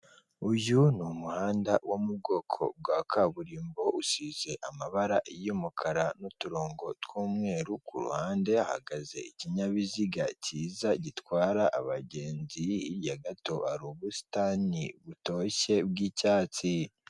Uyu ni umuhanda wo mu bwoko bwa kaburimbo usize amabara y'umukara n'uturongo tw'umweru, ku ruhande hahagaze ikinyabiziga cyiza gitwara abagenzi, hirya gato hari ubusitani butoshye bw'icyatsi.